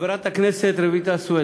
חברת הכנסת רויטל סויד,